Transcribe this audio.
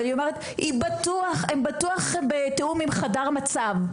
אבל אומרת: "הם בטוחים נמצאים בתיאום עם חדר מצב".